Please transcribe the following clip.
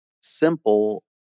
simple